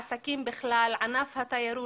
בעסקים בכלל ובענף התיירות.